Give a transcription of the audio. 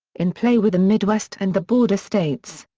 in play were the midwest and the border states.